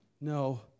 No